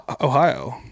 Ohio